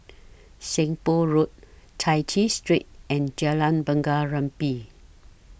Seng Poh Road Chai Chee Street and Jalan Bunga Rampai